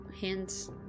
hands